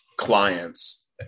clients